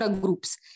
groups